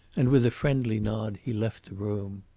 and, with a friendly nod, he left the room.